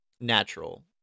natural